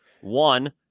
One